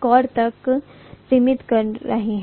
core तक सीमित कर रहे हैं